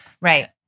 Right